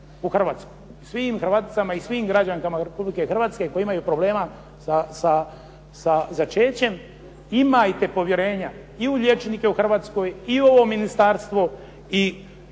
svim Hrvaticama i svim građankama Republike Hrvatske koje imaju problema sa začećem imajte povjerenja i u liječnike u Hrvatskoj i u ovo Ministarstvo i